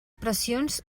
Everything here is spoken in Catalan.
pressions